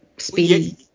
Speed